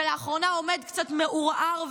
שלאחרונה עומד קצת מעורער,